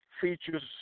features